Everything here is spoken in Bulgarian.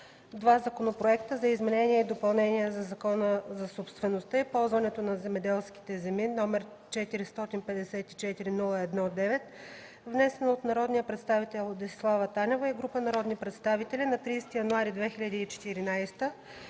два законопроекта за изменение и допълнение за Закона за собствеността и ползването на земеделските земи, № 454-01-9, внесен от народния представител Десислава Танева и група народни представители на 30 януари 2014